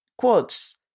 Quotes